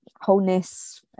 wholeness